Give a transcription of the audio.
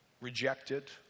rejected